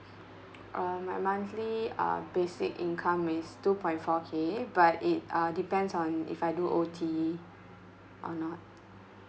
um my monthly uh basic income is two point four K but it uh depends on if I do O_T or not